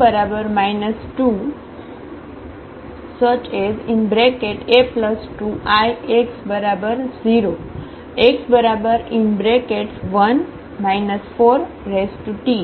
2 2A2Ix0 x1 4T